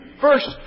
First